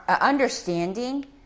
understanding